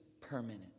permanent